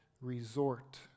resort